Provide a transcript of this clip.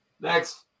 Next